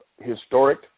historic